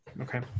okay